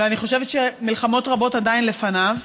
ואני חושבת שמלחמות רבות עוד לפניו,